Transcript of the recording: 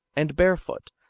and barefoot,